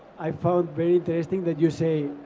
i found very interesting that you say,